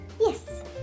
Yes